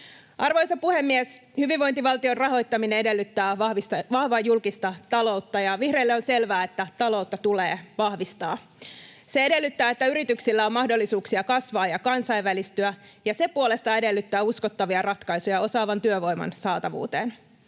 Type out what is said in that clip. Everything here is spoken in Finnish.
Arvoisa puhemies! Hyvinvointivaltion rahoittaminen edellyttää vahvaa julkista taloutta, ja vihreille on selvää, että taloutta tulee vahvistaa. Se edellyttää, että yrityksillä on mahdollisuuksia kasvaa ja kansainvälistyä, ja se puolestaan edellyttää uskottavia ratkaisuja osaavan työvoiman saatavuuteen.